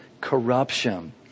corruption